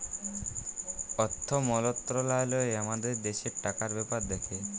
অথ্থ মলত্রলালয় আমাদের দ্যাশের টাকার ব্যাপার দ্যাখে